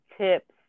tips